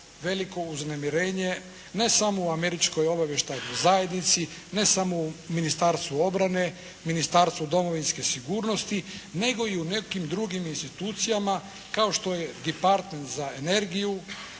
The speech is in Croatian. veliko uznemirenje ne samo u Američkoj obavještajnoj zajednici, ne samo u Ministarstvu obrane, Ministarstvu domovinske sigurnosti nego i u nekim drugim institucijama kao što je Department za energiju